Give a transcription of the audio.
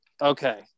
okay